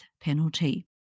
penalty